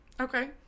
Okay